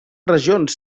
regions